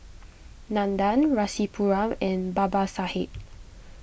Nandan Rasipuram and Babasaheb